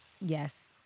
Yes